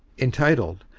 entitled,